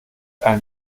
einen